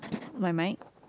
my mic